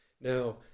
Now